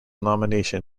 nomination